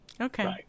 Okay